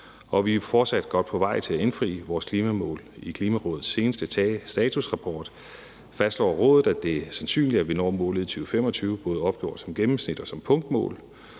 vi er fortsat godt på vej til at indfri vores klimamål. I Klimarådets seneste statusrapport fastslår rådet, at det er sandsynligt, at vi når målet i 2025, både opgjort som gennemsnit og som punktmål.